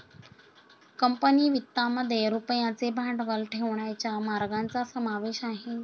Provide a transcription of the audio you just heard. company वित्तामध्ये रुपयाचे भांडवल ठेवण्याच्या मार्गांचा समावेश आहे